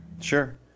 sure